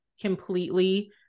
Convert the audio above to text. completely